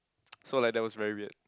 so like that was very weird